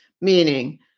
meaning